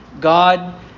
God